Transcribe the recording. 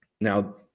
Now